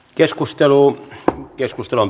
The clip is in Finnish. keskustelu päättyi